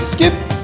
Skip